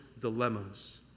dilemmas